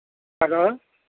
hello